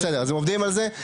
בסדר, אז הם עובדים על זה?